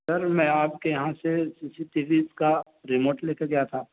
سر میں آپ کے یہاں سے سی سی ٹی وی کا ریموٹ لے کے گیا تھا